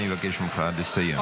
אני מבקש ממך לסיים.